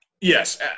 Yes